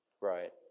Right